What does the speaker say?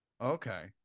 Okay